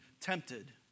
tempted